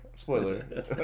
Spoiler